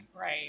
Right